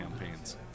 campaigns